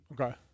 okay